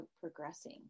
progressing